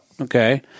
Okay